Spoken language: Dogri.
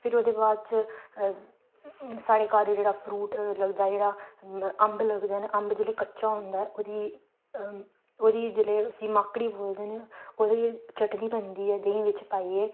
फिर ओह्दे बाद च साढ़े घर जेह्ड़ा फ्रूट लगदा जेह्ड़ा अम्ब लगदे न अम्ब जेल्लै कच्चा होंदा ऐ ओह्दी ओह्दी जेल्लै उस्सी माकड़ी बोलदे न ओह्दी चटनी बनदी ऐ देहीं बिच्च पाइयै